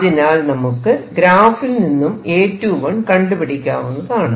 അതിനാൽ നമുക്ക് ഗ്രാഫിൽ നിന്നും A21 കണ്ടുപിടിക്കാവുന്നതാണ്